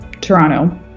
Toronto